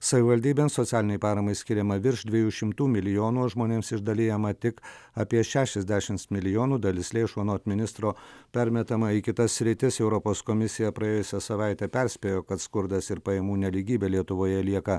savivaldybėms socialinei paramai skiriama virš dviejų šimtų milijonų o žmonėms išdalijama tik apie šešiasdešimt milijonų dalis lėšų anot ministro permetama į kitas sritis europos komisija praėjusią savaitę perspėjo kad skurdas ir pajamų nelygybė lietuvoje lieka